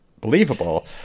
believable